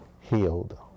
Healed